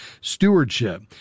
stewardship